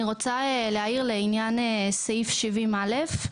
אני רוצה להעיר על סעיף 70(א),